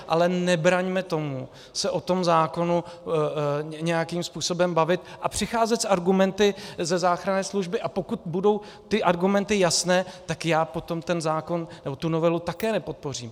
Ale nebraňme tomu se o tom zákonu nějakým způsobem bavit a přicházet s argumenty ze záchranné služby, a pokud budou ty argumenty jasné, tak já potom ten zákon nebo tu novelu také nepodpořím.